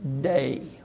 day